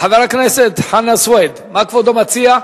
חבר הכנסת חנא סוייד, מה כבודו מציע?